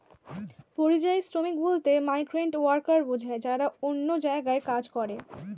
পরিযায়ী শ্রমিক বলতে মাইগ্রেন্ট ওয়ার্কার বোঝায় যারা অন্য জায়গায় কাজ করে